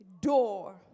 door